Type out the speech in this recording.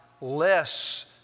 less